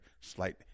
slight